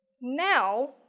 now